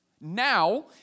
now